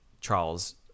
Charles